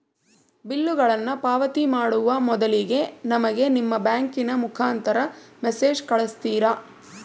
ಬಿಲ್ಲುಗಳನ್ನ ಪಾವತಿ ಮಾಡುವ ಮೊದಲಿಗೆ ನಮಗೆ ನಿಮ್ಮ ಬ್ಯಾಂಕಿನ ಮುಖಾಂತರ ಮೆಸೇಜ್ ಕಳಿಸ್ತಿರಾ?